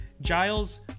Giles